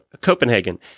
Copenhagen